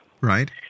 Right